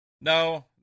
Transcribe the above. No